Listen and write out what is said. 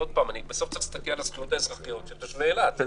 בסוף צריך להסתכל על הזכויות האזרחיות של תושבי אילת.